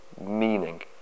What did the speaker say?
meaning